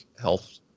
health